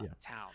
town